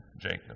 Jacob